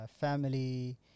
Family